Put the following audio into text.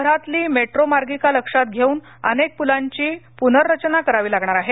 शहरातली मेट्रो मार्गिका लक्षात घेऊन अनेक पुलांची पुनर्रचना करावी लागणार आहे